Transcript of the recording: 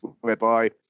whereby